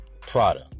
Prada